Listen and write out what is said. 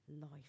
life